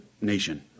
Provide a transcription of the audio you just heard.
nation